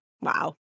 Wow